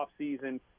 offseason